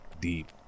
deep